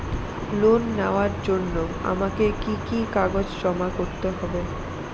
Loan নেওয়ার জন্য আমাকে কি কি কাগজ জমা করতে হবে?